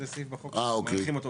זה סעיף בחוק, מאריכים אותו.